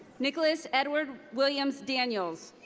nikolus edward williams-daniels.